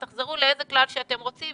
תחזרו לאיזה כלל שאתם רוצים,